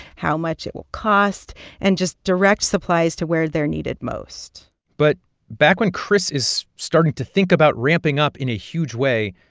how much it will cost and just direct supplies to where they're needed most but back when chris is starting to think about ramping up in a huge way,